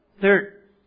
Third